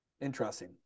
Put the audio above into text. Interesting